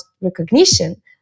recognition